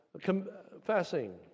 Confessing